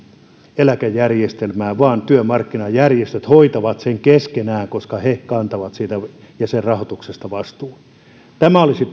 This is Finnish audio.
eläkejärjestelmään vaan työmarkkinajärjestöt hoitavat sen keskenään koska he kantavat siitä ja sen rahoituksesta vastuun tämä olisi